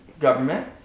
government